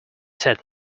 said